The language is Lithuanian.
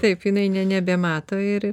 taip jinai ne nebemato ir